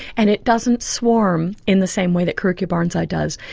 and it doesn't swarm in the same way that carukia barnesi does.